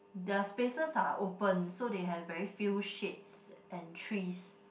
their spaces are open so they have very few shades and trees